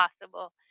possible